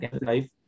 life